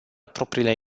propriile